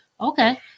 Okay